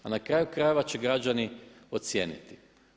A na kraju krajeva će građani ocijeniti.